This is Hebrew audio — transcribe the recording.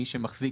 ולטכנולוגיות.